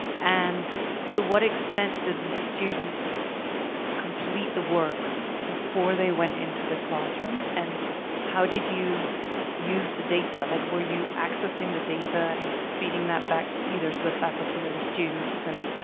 and to what extent did the students complete the work before they went into the classroom? and how did you use the data? like were you accessing the data and feeding that back either to the faculty or the students? and